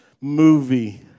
movie